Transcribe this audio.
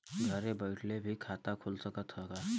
घरे बइठले भी खाता खुल सकत ह का?